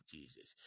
Jesus